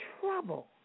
trouble